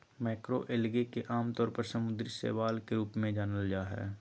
macroalgae के आमतौर पर समुद्री शैवाल के रूप में जानल जा हइ